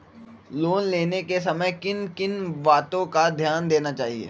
Loan लेने के समय किन किन वातो पर ध्यान देना चाहिए?